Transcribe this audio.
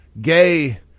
gay